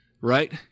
Right